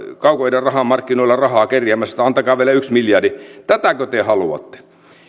kaukoidän rahamarkkinoilla rahaa kerjäämässä että antakaa vielä yksi miljardi tätäkö te haluatte